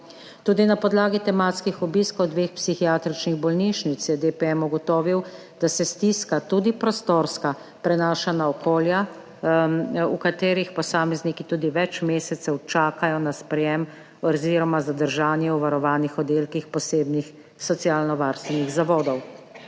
Tudi na podlagi tematskih obiskov dveh psihiatričnih bolnišnic je DPM ugotovil, da se stiska, tudi prostorska, prenaša na okolja, v katerih posamezniki tudi več mesecev čakajo na sprejem oziroma zadržanje v varovanih oddelkih posebnih socialnovarstvenih zavodov.